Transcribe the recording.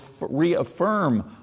reaffirm